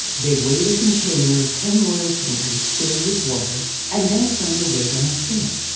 they weighed a container of ten royal fingers filled with water and then assigned a weight on a scale.